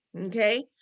Okay